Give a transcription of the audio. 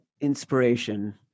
inspiration